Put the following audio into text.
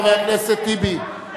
חבר הכנסת טיבי,